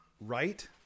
right